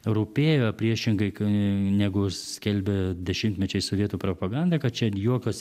rūpėjo priešingai negu skelbė dešimtmečiais sovietų propaganda kad čia jokios